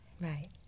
Right